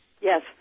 Yes